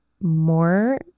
more